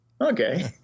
okay